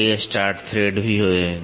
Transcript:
कई start thread भी हैं